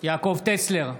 יעקב טסלר,